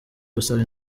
gusaba